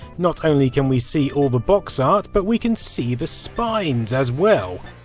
not only can we see all the box art, but we can see the spines as well.